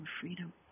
freedom